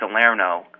Salerno